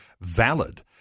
valid –